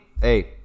Hey